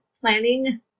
planning